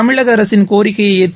தமிழக அரசின் கோரிக்கையை ஏற்று